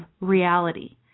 reality